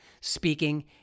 speaking